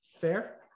fair